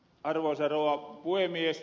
arvoisa rouva puhemies